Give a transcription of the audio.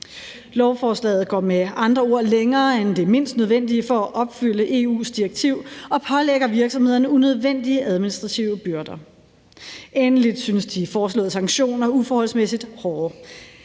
Lovforslaget går med andre ord længere end det mindst nødvendige for at opfylde EU's direktiv og pålægger virksomhederne unødvendige administrative byrder. Endeligt synes de foreslåede sanktioner uforholdsmæssigt hårde.